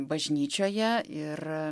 bažnyčioje ir